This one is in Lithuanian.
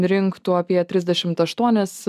rinktų apie trisdešimt aštuonis